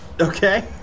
Okay